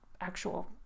actual